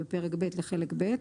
בפרק ב' לחלק ב'.